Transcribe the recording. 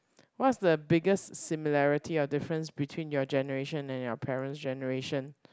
what's the biggest similarity or difference between your generation and your parents generation